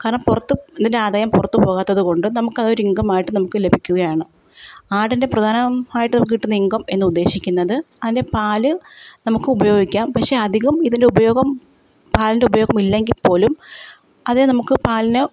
കാരണം പുറത്ത് ഇതിൻ്റെ ആദായം പുറത്തു പോകാത്തതുകൊണ്ട് നമുക്ക് അതൊരു ഇൻകം ആയിട്ട് നമുക്ക് ലഭിക്കുകയാണ് ആടിൻ്റെ പ്രധാനമായിട്ട് നമുക്കു കിട്ടുന്ന ഇൻകം എന്ന് ഉദ്ദേശിക്കുന്നത് അതിൻ്റെ പാല് നമുക്ക് ഉപയോഗിക്കാം പക്ഷേ അധികവും ഇതിൻ്റെ ഉപയോഗം പാലിൻ്റെ ഉപയോഗമില്ലെങ്കിൽ പോലും അതെ നമുക്ക് പാലിന്